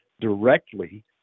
directly